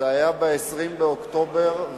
זה היה ב-20 באוקטובר,